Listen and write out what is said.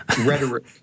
rhetoric